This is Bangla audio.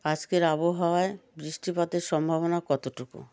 আজকের আবহাওয়ায় বৃষ্টিপাতের সম্ভাবনা কতোটুকু